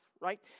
right